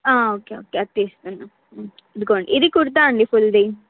okay okay అది తీస్తున్నాను ఇదిగోండి ఇది కుర్తా అండి ఫుల్ది